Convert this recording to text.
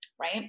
Right